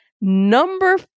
Number